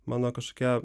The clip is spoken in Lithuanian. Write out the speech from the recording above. mano kažkokia